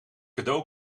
cadeau